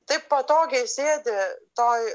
taip patogiai sėdi toj